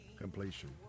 completion